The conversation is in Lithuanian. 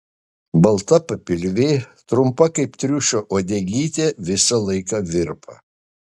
balta papilvė trumpa kaip triušio uodegytė visą laiką virpa